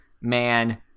man